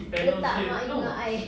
letak emak you dengan I